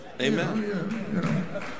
Amen